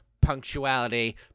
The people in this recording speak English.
punctuality